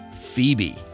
Phoebe